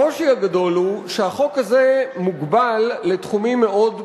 הקושי הגדול הוא שהחוק הזה מוגבל לתחומים מאוד מוגדרים: